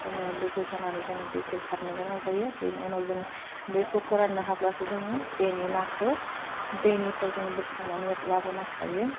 जोङो लोगो जानानै जों दैखौ सारनो गोनां जायो बेनि उनाव जोङो दैखौ फोराननो हाब्लासो जोङो बेनि नाखौ दैनिफ्राय जोङो बोखांनानै लाबोनो हायो